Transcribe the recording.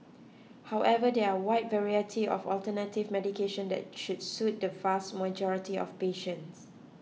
however there are a wide variety of alternative medication that should suit the vast majority of patients